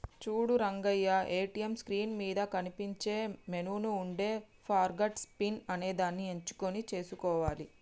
చూడు Rangaiah ATM screen మీద కనిపించే మెనూలో ఉండే ఫర్గాట్ పిన్ అనేదాన్ని ఎంచుకొని సేసుకోవాలి